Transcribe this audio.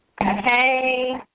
Hey